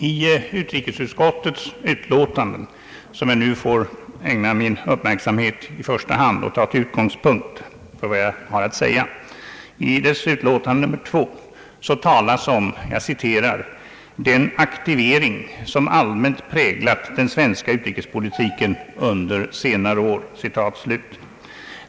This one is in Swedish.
I utrikesutskottets utlåtande nr 2, som jag nu i första hand kommer att ägna min uppmärksamhet och ta till utgångspunkt för vad jag har att säga, talas det om »——— den aktivering som allmänt präglar den svenska utrikespolitiken under senare år».